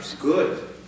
good